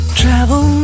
travel